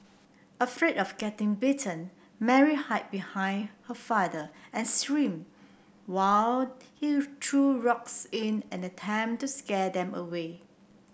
afraid of getting bitten Mary hide behind her father and scream while he threw rocks in an attempt to scare them away